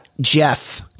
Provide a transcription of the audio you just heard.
Jeff